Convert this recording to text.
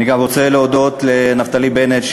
אני גם רוצה להודות לנפתלי בנט,